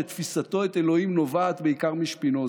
שתפיסתו את אלוהים נובעת בעיקר משפינוזה.